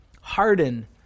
harden